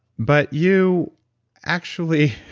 but you actually